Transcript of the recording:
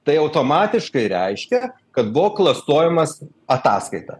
tai automatiškai reiškia kad buvo klastojimas ataskaita